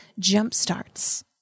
jumpstarts